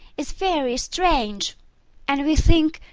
is very strange and, we think,